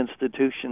institutions